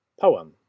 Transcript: Poem